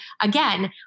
again